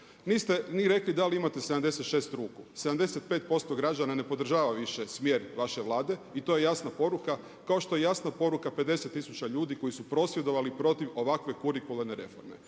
Niste ni rekli da li imate 76 ruku. 75% građana ne podržava više smjer vaše Vlade i to je jasna poruka kao što je jasna poruka 50 tisuća ljudi koji su prosvjedovali protiv ovakve kurikuralne reforme.